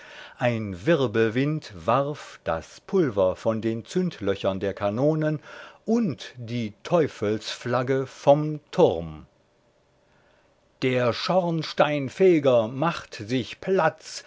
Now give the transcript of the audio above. ein wirbelwind warf das pulver von den zündlöchern der kanonen und die teufelsflagge vom turm der schornsteinfeger macht sich platz